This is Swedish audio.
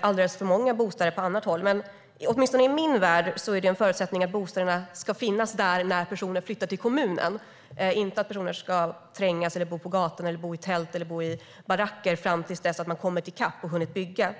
alldeles för många bostäder på annat håll. Men åtminstone i min värld är det en förutsättning att bostäderna ska finnas där när personerna flyttar till kommunen. De ska inte trängas, bo på gatorna, i tält eller i baracker fram till dess att man har kommit i kapp och hunnit bygga.